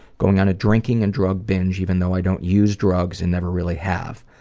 going on a drinking and drug binge even though i don't use drugs and never really have.